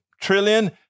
trillion